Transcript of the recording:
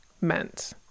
meant